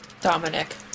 Dominic